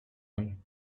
him